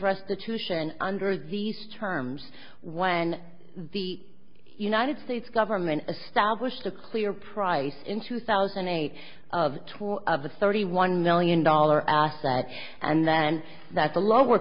restitution under these terms when the united states government stablished a clear price in two thousand and eight of top of the thirty one million dollar assets and then that the lower